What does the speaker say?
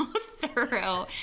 thorough